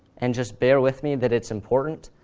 and just bear with me that it's important.